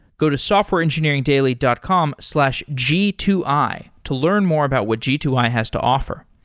go to softwareengineeringdaily dot com slash g two i to learn more about what g two i has to offer.